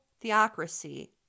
theocracy